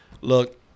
Look